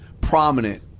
prominent